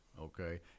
Okay